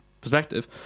perspective